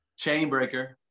Chainbreaker